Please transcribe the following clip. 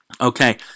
Okay